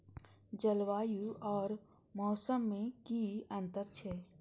जलवायु और मौसम में कि अंतर छै?